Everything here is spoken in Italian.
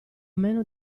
meno